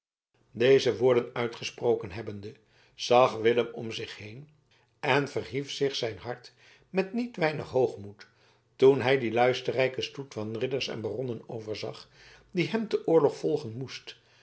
deze woorden uitgesproken hebbende zag willem om zich heen en verhief zich zijn hart met niet weinig hoogmoed toen hij dien luisterrijken stoet van ridders en baronnen overzag die hem ten oorlog volgen moest